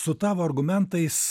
su tavo argumentais